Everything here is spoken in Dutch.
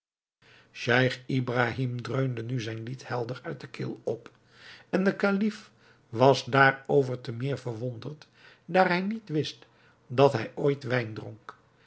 scheich ibrahim dreunde nu zijn lied helder uit de keel op en de kalif was daarover te meer verwonderd daar hij niet wist dat hij ooit wijn dronk